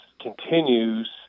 continues